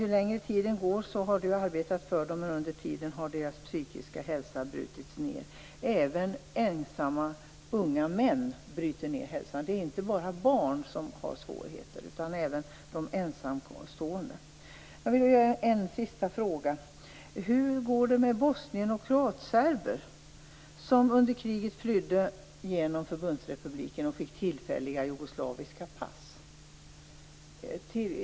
Ju längre det går, ju mer arbetar tiden för dem. Men under tiden har deras psykiska hälsa brutits ned. Även ensamma unga mäns hälsa bryts ned. Det är inte bara barn som har svårigheter utan även de ensamstående. Jag vill ställa en sista fråga. Hur går det med de bosnienserber och kroatserber som under kriget flydde genom förbundsrepubliken och fick tillfälliga jugoslaviska pass?